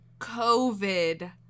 COVID